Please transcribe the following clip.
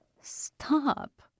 Stop